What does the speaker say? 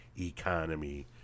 economy